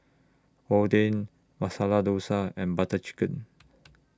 Oden Masala Dosa and Butter Chicken